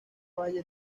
valle